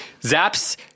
Zaps